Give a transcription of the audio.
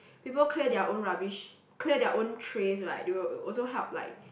people clear their own rubbish clear their own trays right they will also help like